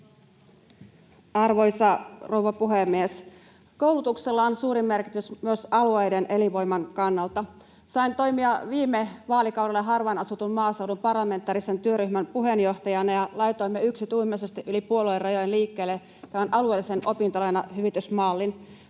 Arvoisa rouva puhemies! Koulutuksella on suuri merkitys myös alueiden elinvoiman kannalta. Sain toimia viime vaalikaudella harvaan asutun maaseudun parlamentaarisen työryhmän puheenjohtajana, ja laitoimme yksituumaisesti yli puoluerajojen liikkeelle tämän alueellisen opintolainahyvitysmallin.